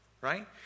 Right